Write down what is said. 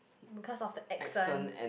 because of the accent